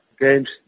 games